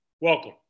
Welcome